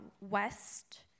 west